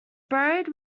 buried